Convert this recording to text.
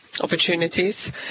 opportunities